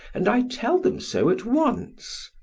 and i tell them so at once.